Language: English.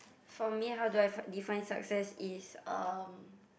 for me how do I find define success is um